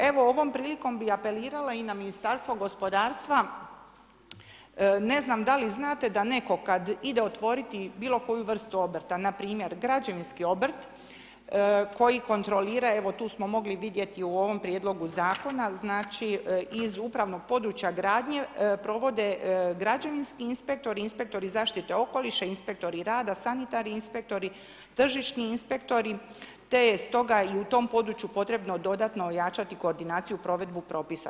Evo, ovom prilikom bi apelirala i na Ministarstvo gospodarstva, ne znam da li znate da netko kad ide otvoriti bilo koju vrstu obrta, npr. građevinski obrt koji kontrolira, evo tu smo mogli vidjeti u ovom prijedlogu zakona, znači iz upravnog područja gradnje provode građevinski inspektori, inspektori zaštite okoliša rada, sanitarni inspektori, tržišni inspektori te je stoga i u tom području potrebno dodatno ojačati koordinaciju, provedbu propisa.